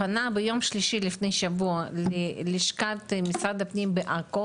פנה ביום שלישי לפני שבוע ללשכת משרד הפנים בעכו